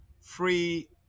free